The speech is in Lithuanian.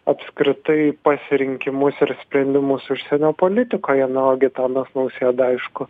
apskritai pasirinkimus ir sprendimus užsienio politikoje na o gitanas nausėda aišku